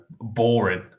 boring